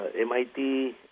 MIT